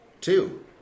Two